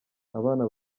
abana